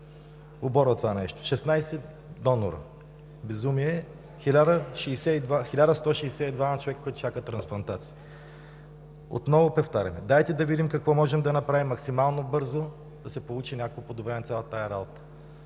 оборва това нещо – 16 донори, безумие, 1162 човека, които чакат трансплантация! Повтарям, дайте да видим какво можем да направим максимално бързо да се получи някакво подобрение на цялата тази работа.